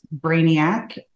Brainiac